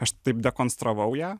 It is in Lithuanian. aš taip dekonstravau ją